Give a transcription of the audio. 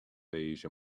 beige